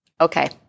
Okay